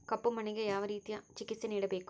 ಕಪ್ಪು ಮಣ್ಣಿಗೆ ಯಾವ ರೇತಿಯ ಚಿಕಿತ್ಸೆ ನೇಡಬೇಕು?